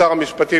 שר המשפטים,